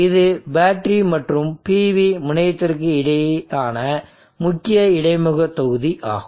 இது பேட்டரி மற்றும் PV முனையத்திற்கு இடையிலான முக்கிய இடைமுகத் தொகுதி ஆகும்